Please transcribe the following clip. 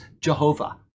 Jehovah